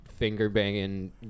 finger-banging